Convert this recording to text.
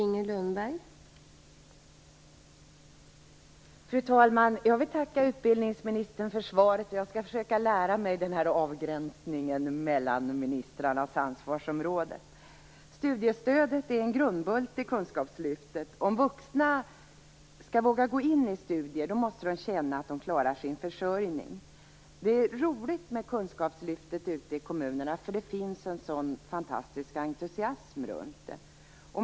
Fru talman! Jag vill tacka utbildningsministern för svaret. Jag skall försöka lära mig avgränsningen mellan ministrarnas ansvarsområden. Studiestödet är en grundbult i Kunskapslyftet. Om vuxna skall våga gå in i studier måste de känna att de klarar sin försörjning. Det är roligt med Kunskapslyftet ute i kommunerna, för det finns en sådan fantastisk entusiasm runt det.